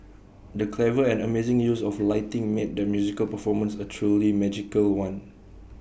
the clever and amazing use of lighting made the musical performance A truly magical one